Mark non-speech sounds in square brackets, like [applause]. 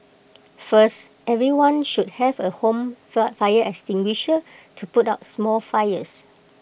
first everyone should have A home [noise] fire extinguisher to put out small fires